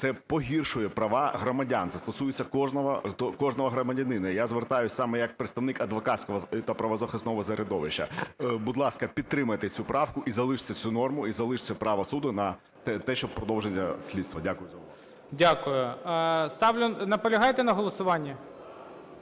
це погіршує права громадян, це стосується кожного громадянина. Я звертаюся саме як представник адвокатського та правозахисного середовища. Будь ласка, підтримайте цю правку і залиште цю норму, і залиште право суду на те, що продовження слідства. Дякую. ГОЛОВУЮЧИЙ. Дякую. Наполягаєте на голосуванні?